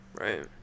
Right